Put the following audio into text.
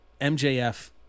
mjf